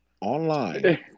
online